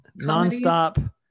Nonstop